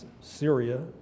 Syria